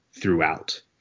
throughout